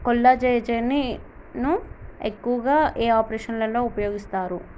కొల్లాజెజేని ను ఎక్కువగా ఏ ఆపరేషన్లలో ఉపయోగిస్తారు?